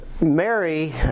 Mary